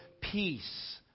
peace